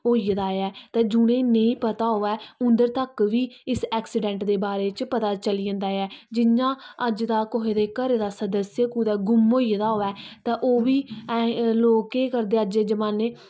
होई गेदा ऐ ते जि'नेंगी नेईंं पता होऐ उद्धर तक बी इस ऐक्सिडेंट दे बारे च पता चली जंदा ऐ जियां अज्ज दा कुसै दे घरै दा सदस्य कुतै गुम होई गेदा होऐ ते ओह् बी लोग केह् करदे अज्ज दे जमान्ने